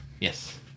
Yes